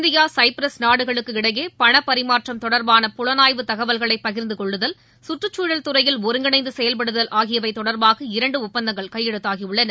India Cyprus நாடுகளுக்கிடையே பண பரிமாற்றம் தொடர்பான புலனாய்வு தகவல்களை பகிர்ந்து கொள்ளுதல் சுறறறச்சூழல் துறையில் ஒருங்கிணைந்து செயல்படுதல் ஆகியவை தொடர்பாக இரண்டு ஒப்பந்தங்கள் கையெழுத்தாகியுள்ளன